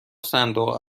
صندوق